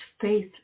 faith